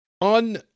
on